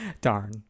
Darn